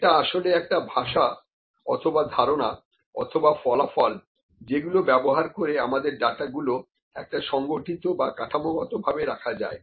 এটা আসলে একটা ভাষা অথবা ধারণা অথবা ফলাফল যেগুলো ব্যবহার করে আমাদের ডাটা গুলো একটা সংগঠিত বা কাঠামোগত ভাবে রাখা যায়